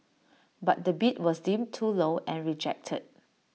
but the bid was deemed too low and rejected